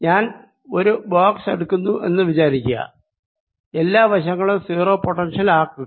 ഞാൻ ഒരു ബോക്സ് എടുക്കുന്നു എന്ന് വിചാരിക്കുക എല്ലാ വശങ്ങളും 0 പൊട്ടൻഷ്യൽ ആക്കുക